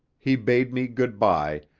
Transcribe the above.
he bade me good-bye,